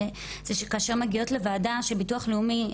זה שכאשר מגיעות לוועדה של ביטוח לאומי,